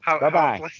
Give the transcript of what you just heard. bye-bye